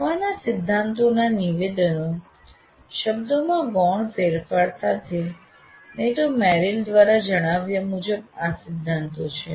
શીખવાના સિદ્ધાંતોના નિવેદનો શબ્દોમાં ગૌણ ફેરફારો સાથે નહીં તો મેરિલ દ્વારા જણાવ્યા મુજબ આ સિદ્ધાંતો છે